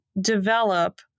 develop